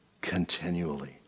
continually